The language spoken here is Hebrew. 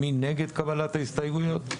מי נגד קבלת ההסתייגויות?